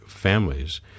families